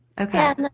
Okay